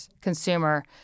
consumer